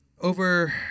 over